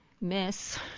Miss